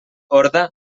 orde